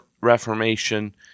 Reformation